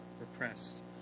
repressed